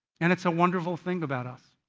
and it is a wonderful thing about us.